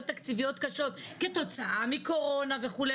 תקציביות קשות כתוצאה מקורונה וכו',